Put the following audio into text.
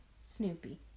Snoopy